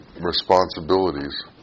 responsibilities